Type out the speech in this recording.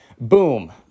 boom